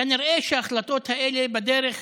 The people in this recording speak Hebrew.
כנראה שההחלטות האלה הן בדרך,